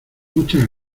muchas